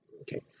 okay